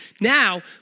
Now